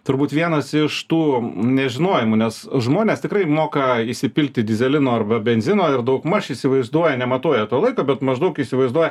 turbūt vienas iš tų nežinojimų nes žmonės tikrai moka įsipilti dyzelino arba benzino ir daugmaž įsivaizduoja nematuoja to laiko bet maždaug įsivaizduoja